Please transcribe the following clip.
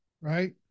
right